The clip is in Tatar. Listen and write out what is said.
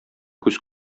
күз